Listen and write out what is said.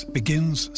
begins